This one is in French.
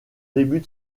début